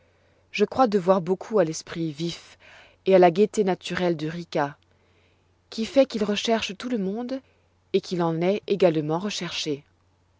je crois devoir beaucoup à l'esprit vif et à la gaieté naturelle de rica qui fait qu'il recherche tout le monde et qu'il en est également recherché